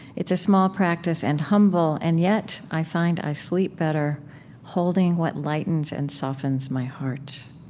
it's a small practice and humble, and yet, i find i sleep better holding what lightens and softens my heart.